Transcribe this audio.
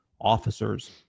officers